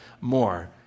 more